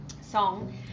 song